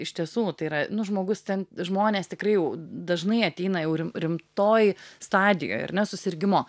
iš tiesų tai yra nu žmogus ten žmonės tikrai jau dažnai ateina jau rim rimtoj stadijoj ar ne susirgimo